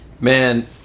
Man